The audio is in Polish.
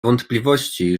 wątpliwości